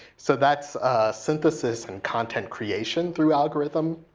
so that's synthesis and content creation through algorithm.